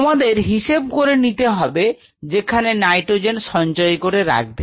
তোমাদের হিসেব করে নিতে হবে যেখানে নাইট্রোজেন সঞ্চয় করে রাখবে